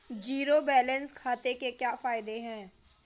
Zero balance खाते के क्या फायदे हैं?